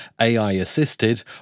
AI-assisted